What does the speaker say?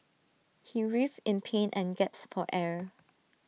he writhed in pain and gasped for air